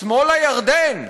"שמאל הירדן"